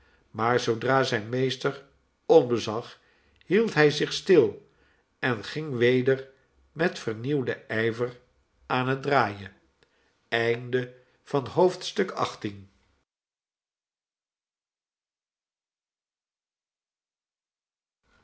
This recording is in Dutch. maar zoodra zijn meester omzag hield hij zich stil en ging weder met vernieuwden ijver aan het draaien